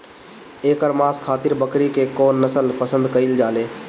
एकर मांस खातिर बकरी के कौन नस्ल पसंद कईल जाले?